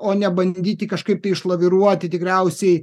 o ne bandyti kažkaip tai išlaviruoti tikriausiai